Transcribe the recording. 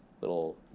little